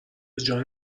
جان